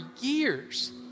years